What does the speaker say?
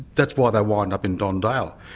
that's why they wind up in don dale.